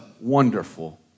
wonderful